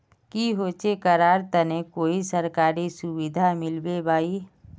की होचे करार तने कोई सरकारी सुविधा मिलबे बाई?